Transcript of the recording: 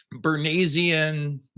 Bernaysian